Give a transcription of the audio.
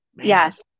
Yes